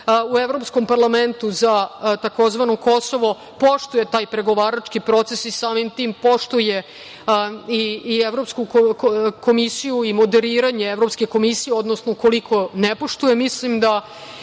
u Evropskom parlamentu za tzv. Kosovo poštuje taj pregovarački proces i samim tim poštuje i Evropsku komisiju i moderiranje Evropske komisije, odnosno ukoliko ne poštuje mislim da